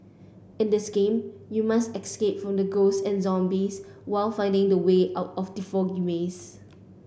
in this game you must escape from the ghosts and zombies while finding the way out of the foggy maze